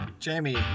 Jamie